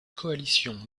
coalition